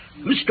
Mr